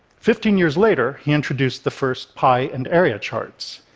fifteen years later, he introduced the first pie and area charts.